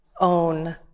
own